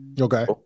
Okay